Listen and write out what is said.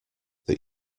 that